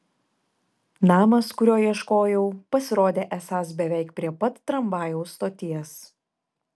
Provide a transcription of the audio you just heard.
namas kurio ieškojau pasirodė esąs beveik prie pat tramvajaus stoties